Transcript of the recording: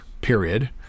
period